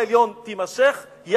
הביקורת על בית-המשפט העליון תימשך,